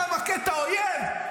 אתה מכה את האויב?